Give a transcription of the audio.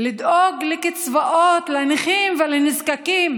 לדאוג לקצבאות לנכים ולנזקקים,